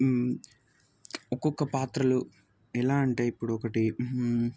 ఒక్కొక్క పాత్రలు ఎలా అంటే ఇప్పుడు ఒకటి